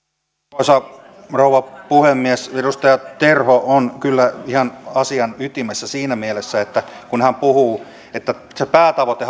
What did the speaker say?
arvoisa rouva puhemies edustaja terho on kyllä ihan asian ytimessä siinä mielessä kun hän puhuu että se päätavoite